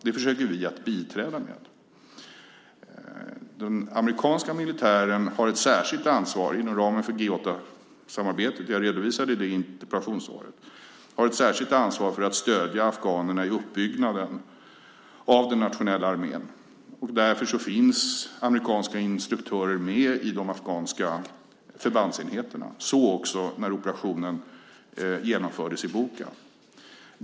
Det försöker vi att biträda med. Jag redovisade i interpellationssvaret att den amerikanska militären har ett särskilt ansvar, inom ramen för G 8-samarbetet, att stödja afghanerna i uppbyggnaden av den nationella armén. Därför finns amerikanska instruktörer med i de afghanska förbandsenheterna - så också när operationen genomfördes i Boka.